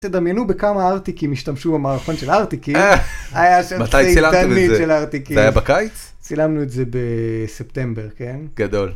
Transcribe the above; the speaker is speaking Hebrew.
תדמיינו בכמה ארטיקים השתמשו במערכון של ארטיקים, מתי צילמתם את זה, זה היה בקייץ? צילמנו את זה בספטמבר כן. גדול.